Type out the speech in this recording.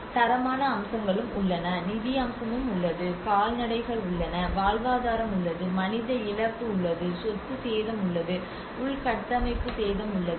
தரமான அம்சங்களும் உள்ளன நிதி அம்சமும் உள்ளது கால்நடைகள் உள்ளன வாழ்வாதாரம் உள்ளது மனித இழப்பு உள்ளது சொத்து சேதம் உள்ளது உள்கட்டமைப்பு சேதம் உள்ளது